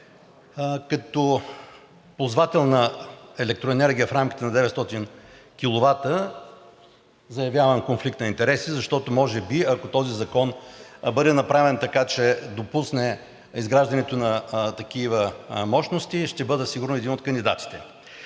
Като ползвател на електроенергия в рамките на 900 киловата заявявам конфликт на интереси, защото може би, ако този закон бъде направен така, че допусне изграждането на такива мощности, ще бъда сигурно един от кандидатите.